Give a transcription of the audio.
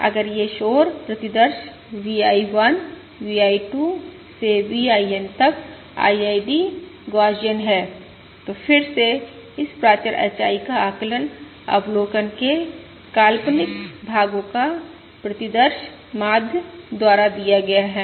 है अगर ये शोर प्रतिदर्श V I1 VI 2 से VIN तक IID गौसियन हैं तो फिर से इस प्राचर HI का आकलन अवलोकन के काल्पनिक भागों का प्रतिदर्श माध्य द्वारा दिया गया है